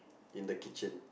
in the kitchen